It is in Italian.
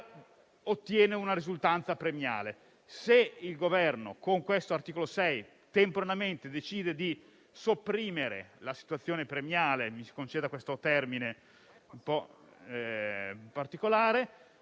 ottiene una risultanza premiale. Se il Governo con questo articolo 6 temporaneamente decide di sopprimere la situazione premiale - mi si conceda questo termine un po' particolare